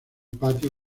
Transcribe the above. patio